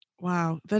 Wow